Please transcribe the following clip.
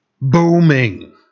booming